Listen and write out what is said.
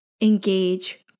engage